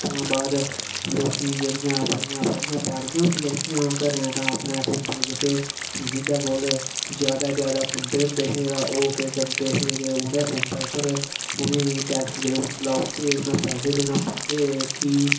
उत्थुआं बाद लोकें ई जेह्ड़ियां बाड़ियां होंदियां हियां घरें तां अपने खुम्बे जेह्के जिं'दे कोल जैदा जैदा खुम्बे होंदे हे तां ओह् केह् करदे हे कि उ'नें खुम्बे उप्पर उ'नें ई टैक्स लाई ओड़दे हे उ'नें ई पैसे देने पौंदे हे की